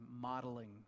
modeling